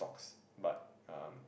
stocks but um